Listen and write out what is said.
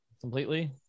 completely